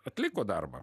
atliko darbą